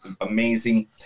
amazing